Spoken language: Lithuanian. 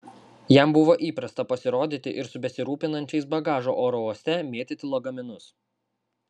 jam buvo įprasta pasirodyti ir su besirūpinančiais bagažu oro uoste mėtyti lagaminus